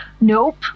Nope